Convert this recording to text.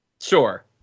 Sure